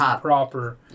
proper